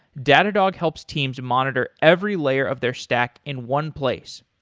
datadog helps teams monitor every layer of their stack in one place.